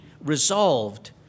resolved